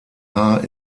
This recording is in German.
haar